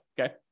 okay